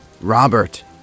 Robert